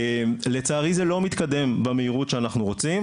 לצערי זה לא מתקדם במהירות שאנחנו רוצים,